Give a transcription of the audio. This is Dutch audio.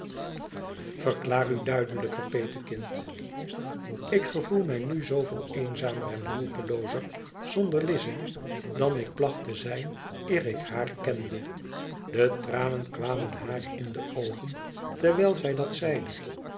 verklaar u duidelijker petekind lik gevoel mij nu zooveel eenzamer en hulpeloozer zonder lize dan ik placht te zijn eer ik haar kende de tranen kwamen haar in de oogen terwijl zij dat zeide